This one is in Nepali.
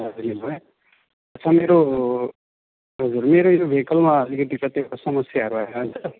दार्जिलिङमा अच्छा मेरो हजुर मेरो यो भेकलमा अलिकति कतिवटा समस्याहरू आयो त